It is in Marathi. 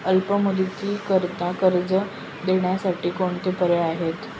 अल्प मुदतीकरीता कर्ज देण्यासाठी कोणते पर्याय आहेत?